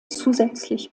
zusätzlich